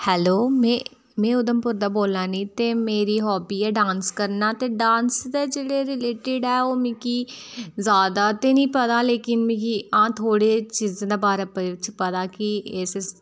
hello में में उधमपुर दा बोल्लै नीं ते मेरी हाबी ऐ डांस करना ते डांस दे जेह्ड़े रिलेटेड ऐ ओह् मिकी ज़्यादा ते नीं पता लेकिन मिकी हां थोह्ड़ी चीजें दे बारे पता कि इस